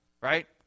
right